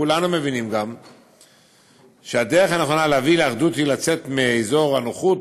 כולנו מבינים שהדרך הנכונה להביא לאחדות היא לצאת מאזור הנוחות